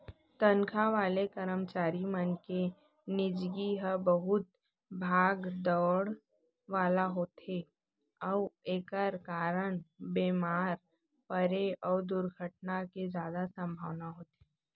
तनखा वाले करमचारी मन के निजगी ह बहुत भाग दउड़ वाला होथे अउ एकर कारन बेमार परे अउ दुरघटना के जादा संभावना होथे